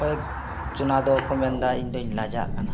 ᱠᱚᱭᱮᱠ ᱡᱚᱱᱟ ᱫᱚᱠᱚ ᱢᱮᱱᱮᱫᱟ ᱤᱧ ᱫᱩᱧ ᱞᱟᱡᱟᱜ ᱠᱟᱱᱟ